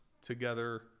together